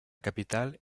capital